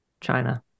China